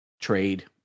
trade